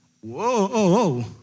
whoa